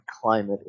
climate